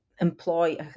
employ